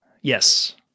Yes